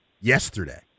yesterday